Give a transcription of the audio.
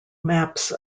maps